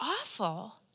awful